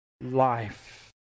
life